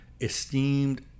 esteemed